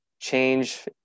change